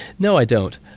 no i don't,